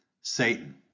Satan